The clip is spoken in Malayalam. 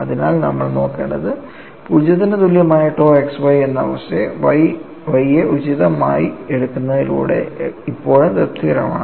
അതിനാൽ നമ്മൾ നോക്കേണ്ടത് 0 ന് തുല്യമായ tau xy എന്ന അവസ്ഥ Y യെ ഉചിതമായി എടുക്കുന്നതിലൂടെ ഇപ്പോഴും തൃപ്തികരമാണ്